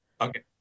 okay